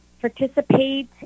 participate